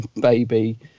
baby